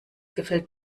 gefällt